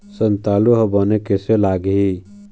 संतालु हर बने कैसे लागिही?